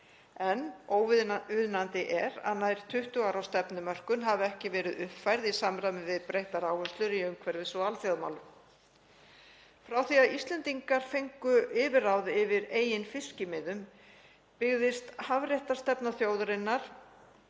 en óviðunandi er að nær 20 ára stefnumörkun hafi ekki verið uppfærð í samræmi við breyttar áherslur í umhverfis- og alþjóðamálum. Frá því að Íslendingar fengu yfirráð yfir eigin fiskimiðum byggðist hafréttarstefna þjóðarinnar